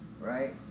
right